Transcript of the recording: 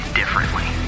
differently